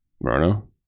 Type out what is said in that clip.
Bruno